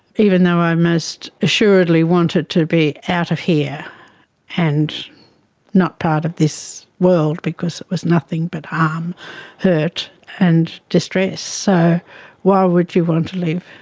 even though i most assuredly wanted to be out of here and not part of this world because it was nothing but um hurt and distress, so why would you want to live?